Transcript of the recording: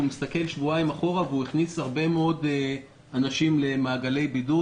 הוא מסתכל שבועיים אחורה והוא הכניס הרבה מאוד אנשים למעגלי בידוד.